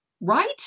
right